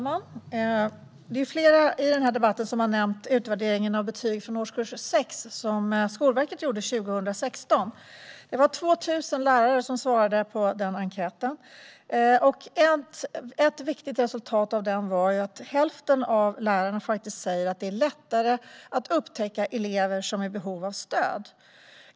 Herr talman! Flera i den här debatten har nämnt utvärderingen av betyg från årskurs 6 som Skolverket gjorde 2016. Det var 2 000 lärare som svarade på den enkäten, och ett viktigt resultat av den var att hälften av lärarna faktiskt sa att det är lättare att upptäcka elever som är i behov av stöd.